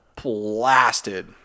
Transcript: blasted